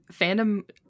fandom